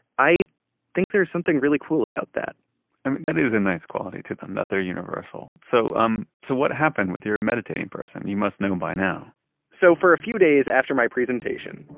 i think there's something really cool about that and that is a nice quality to them, that they're universal. so um so what happened with your meditating person? you must know by now so for a few days after my presentation,